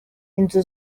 inzu